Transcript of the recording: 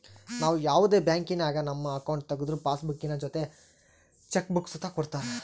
ನಾವು ಯಾವುದೇ ಬ್ಯಾಂಕಿನಾಗ ನಮ್ಮ ಅಕೌಂಟ್ ತಗುದ್ರು ಪಾಸ್ಬುಕ್ಕಿನ ಜೊತೆ ಚೆಕ್ ಬುಕ್ಕ ಸುತ ಕೊಡ್ತರ